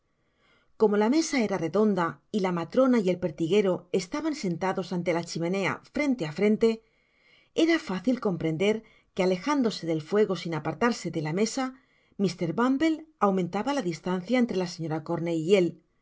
como la mesa era redonda y la matrona y el pertiguero estaban sentados ante la chimenea frente por frente será fácil comprender que alejándose del fuego sin apartarse de la mesa mr bum me aumentaba la distancia entre la señora corney y él